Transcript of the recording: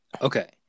okay